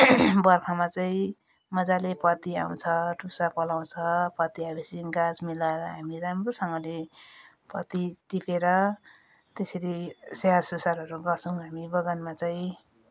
बर्खामा चाहिँ मजाले पत्ती आउँछ टुसा पलाउँछ पत्ती आए पछि गाछ मिलाएर हामी राम्रोसँगले पत्ती टिपेर त्यसरी स्याहार सुसारहरू गर्छौँ हामी बगानमा चाहिँ